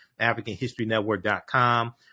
africanhistorynetwork.com